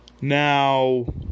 Now